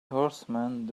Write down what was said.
horseman